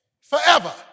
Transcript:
forever